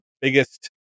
biggest